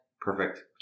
Perfect